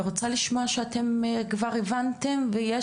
לא ראינו ולא היינו.